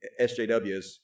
SJWs